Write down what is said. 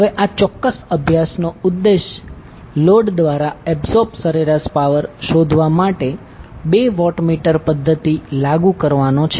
હવે આ ચોક્કસ અભ્યાસ નો ઉદ્દેશ લોડ દ્વારા એબ્સોર્બ સરેરાશ પાવર શોધવા માટે બે વોટમીટર પધ્ધતિ લાગુ કરવાનો છે